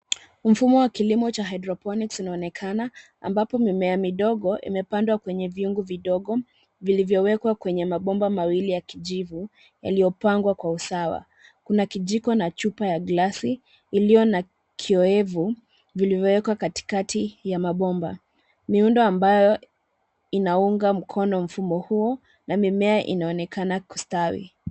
Mfumo wa kilimo cha hydroponic unaonekana, ambapo mimea midogo, imepandwa kwenye viungo vidogo, vilivyowekwa kwenye mabomba mawili ya kijivu, yaliopangwa kwa usawa, kuna kijiko na chupa ya glasi, iliyo na kioevu, vilivyowekwa katikati ya mabomba. Miundo ambayo inaunga mkono mfumo huu, na mimea inaonekana, kustawi.